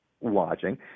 watching